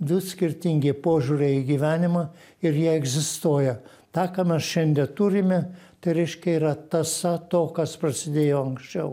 du skirtingi požiūriai į gyvenimą ir jie egzistuoja tą ką mes šiandie turime tai reiškia yra tąsa to kas prasidėjo anksčiau